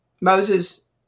Moses